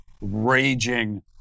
raging